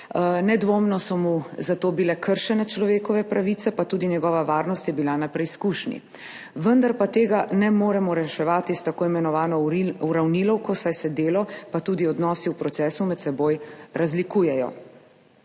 Nedvomno so mu zato bile kršene človekove pravice, pa tudi njegova varnost je bila na preizkušnji, vendar pa tega ne moremo reševati s tako imenovano uravnilovko, saj se delo in tudi odnosi v procesu med seboj razlikujejo.